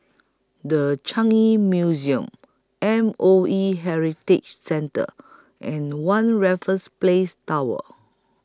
The Changi Museum M O E Heritage Centre and one Raffles Place Tower